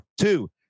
Two